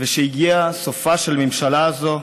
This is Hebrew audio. ושהגיע סופה של הממשלה הזאת.